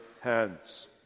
hands